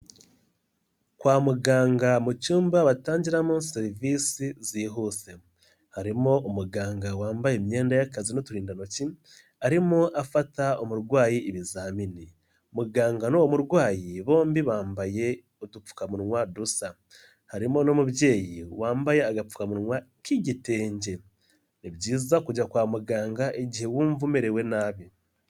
Kwa muganga mu cyumba batangiramo serivisi zihuse harimo umuganga wambaye imyenda y'akazi n'uturindantoki arimo afata umurwayi ibizamini, muganga n'uwo murwayi bombi bambaye udupfukamunwa dusa, harimo n'umubyeyi wambaye agapfukamunwa k'igitenge ni byiza kujya kwa muganga igihe wumva umerewe nabi.